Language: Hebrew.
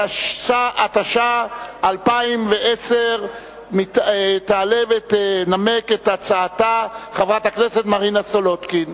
התש"ע 2010. תעלה ותנמק את הצעתה חברת הכנסת מרינה סולודקין.